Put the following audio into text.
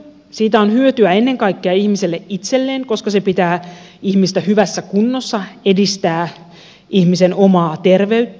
siitä on hyötyä ennen kaikkea ihmiselle itselleen koska se pitää ihmistä hyvässä kunnossa edistää ihmisen omaa terveyttä